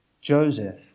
Joseph